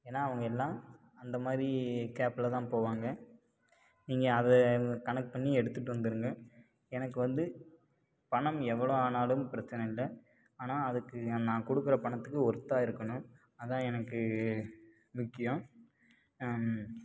ஏன்னா அவங்க எல்லாம் அந்த மாதிரி கேப்பில் தான் போவாங்க நீங்கள் அதை கணக்கு பண்ணி எடுத்துகிட்டு வந்துருங்க எனக்கு வந்து பணம் எவ்வளோ ஆனாலும் பிரச்சனை இல்லை ஆனால் அதுக்கு நான் கொடுக்குற பணத்துக்கு ஒர்த்தாக இருக்கணும் அதான் எனக்கு முக்கியம்